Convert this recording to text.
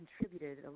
contributed